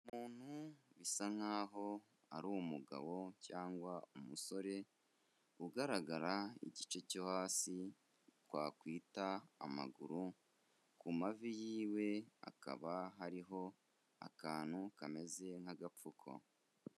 Umuntu bisa nkaho ari umugabo cyangwa umusore, ugaragara igice cyo hasi twakwita amaguru, ku mavi yiwe hakaba hariho akantu kameze nk'agapfuko.